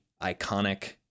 iconic